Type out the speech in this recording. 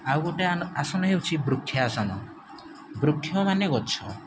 ଆଉ ଗୋଟେ ଆନ ଆସନ ହେଉଛି ବୃକ୍ଷାସନ ବୃକ୍ଷ ମାନେ ଗଛ